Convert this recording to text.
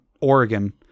Oregon